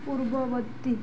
ପୂର୍ବବର୍ତ୍ତୀ